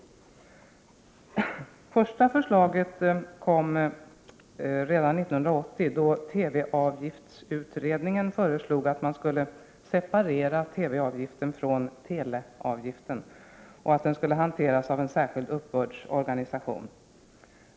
Det första förslaget kom redan 1980, då TV-avgiftsutredningen föreslog att TV-avgiften skulle separeras från teleavgiften och att den skulle hanteras av en särskild uppbördsorganisation.